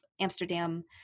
Amsterdam